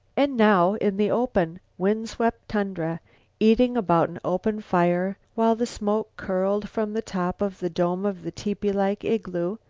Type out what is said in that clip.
and now in the open, wind-swept tundra eating about an open fire, while the smoke curled from the top of the dome of the tepee-like igloo,